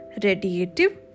radiative